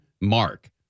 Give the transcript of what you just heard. mark